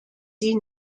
sie